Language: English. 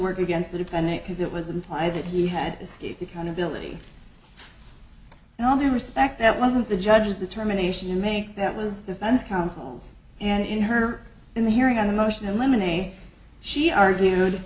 work against the defendant because it was implied that he had escaped accountability and all due respect that wasn't the judge's determination to make that was defense counsel's and in her in the hearing on the motion and lemonade she argued